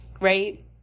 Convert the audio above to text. right